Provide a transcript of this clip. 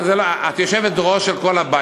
את יושבת-ראש של כל הבית.